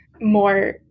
more